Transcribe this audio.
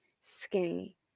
skinny